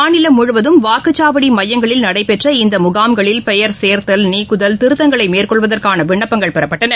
மாநிலம் முழுவதும் வாக்குச்சாவடி மையங்களில் நடைபெற்ற இந்த முகாம்களில் பெயர் சேர்தல் நீக்குதல் திருத்தங்களை மேற்கொள்வதற்கான விண்ணப்பங்கள் பெறப்பட்டன